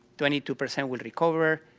twenty two percent will recover,